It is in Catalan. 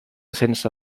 sense